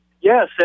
Yes